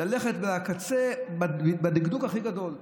ללכת על הקצה בדקדוק הכי גדול,